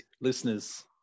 listeners